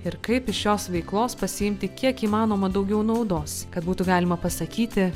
ir kaip iš šios veiklos pasiimti kiek įmanoma daugiau naudos kad būtų galima pasakyti